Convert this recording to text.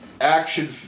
action